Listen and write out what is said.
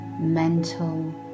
mental